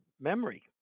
memory